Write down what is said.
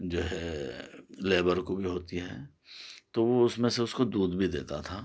جو ہے لیبر کو بھی ہوتی ہے تو وہ اس میں سے اس کو دودھ بھی دیتا تھا